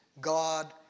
God